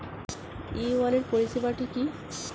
ই wallet পরিষেবাটি কি?